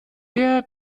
der